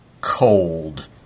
cold